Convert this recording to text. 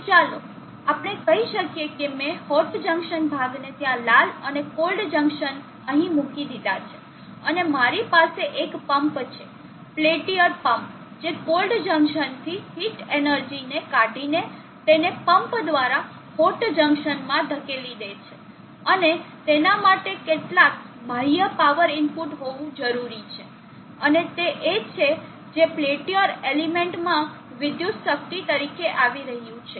તો ચાલો આપણે કહી શકીએ કે મેં હોટ જંકશન ભાગને ત્યાં લાલ અને કોલ્ડ જંકશન અહીં મૂકી દીધો છે અને અમારી પાસે એક પંપ છે પેલ્ટીઅર પંપ જે કોલ્ડ જંકશન થી હીટ એનર્જી ને કાઢીને તેને પંપ દ્વારા હોટ જંકશન માં ધકેલી દે છે અને તેના માટે કેટલાક બાહ્ય પાવર ઇનપુટ હોવું જરૂરી છે અને તે એ છે જે પેલ્ટીઅર એલિમેન્ટ માં વિદ્યુત શક્તિ તરીકે આવી રહ્યું છે